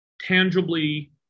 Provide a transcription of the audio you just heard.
tangibly